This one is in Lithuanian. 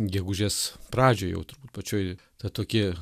gegužės pradžioj jau turbūt pačioj tą tokį